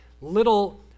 little